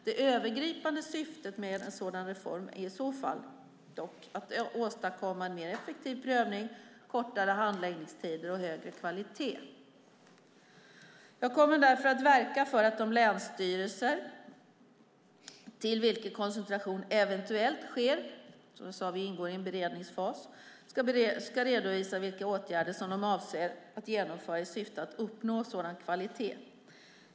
Det övergripande syftet med en sådan reform är i så fall att åstadkomma en mer effektiv prövning, kortare handläggningstider och högre kvalitet. Jag kommer därför att verka för att de länsstyrelser till vilka koncentration eventuellt sker - som jag sade är vi i en beredningsfas - ska redovisa vilka åtgärder de avser att genomföra i syfte att uppnå sådan kvalitet.